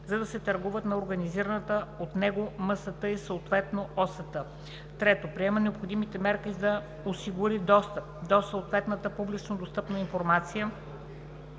за да се търгуват на организираната от него МСТ, съответно OCT; 3. предприема необходимите мерки, за да осигури достъп до съответната публично достъпна информация,